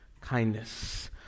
kindness